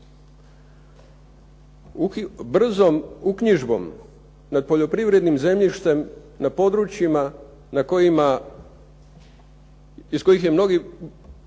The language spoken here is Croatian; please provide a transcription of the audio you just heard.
Brzom uknjižbom nad poljoprivrednim zemljištem na područjima iz kojih su mnogi